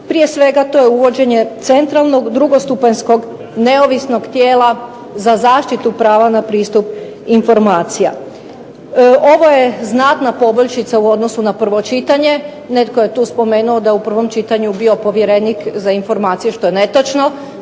Prije svega to je uvođenje centralnog drugostupanjskog neovisnog tijela za zaštitu prava na pristup informacija. Ovo je znatna poboljšica u odnosu na prvo čitanje. Netko je tu spomenuo da je u prvom čitanju bio povjerenik za informacije, što je netočno.